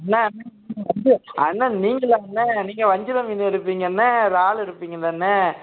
அண்ணே அண்ணே நீங்களாண்ணே நீங்கள் வஞ்சிர மீன் எடுப்பீங்கண்ணே இறாலு எடுப்பீங்கதாண்ணே